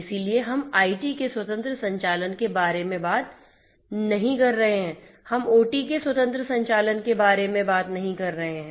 इसलिए हम आईटी के स्वतंत्र संचालन के बारे में बात नहीं कर रहे हैं हम ओटी के स्वतंत्र संचालन के बारे में बात नहीं कर रहे हैं